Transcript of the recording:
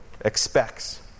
expects